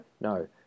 No